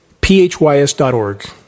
phys.org